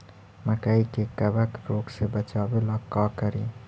मकई के कबक रोग से बचाबे ला का करि?